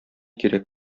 кирәк